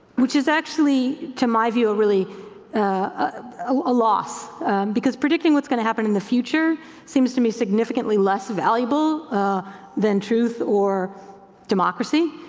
which is actually, to my view, a ah loss because predicting what's gonna happen in the future seems to me significantly less valuable than truth or democracy.